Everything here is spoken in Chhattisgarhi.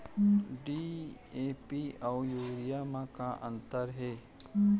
डी.ए.पी अऊ यूरिया म का अंतर हे?